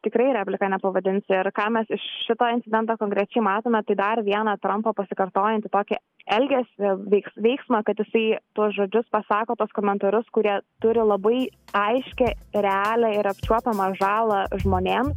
tikrai replika nepavadinsi ir ką mes iš šito incidento konkrečiai matome tai dar vieną trampo pasikartojantį tokį elgesį veiks veiksmą kad jisai tuos žodžius pasako tuos komentarus kurie turi labai aiškią realią ir apčiuopiamą žalą žmonėm